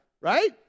Right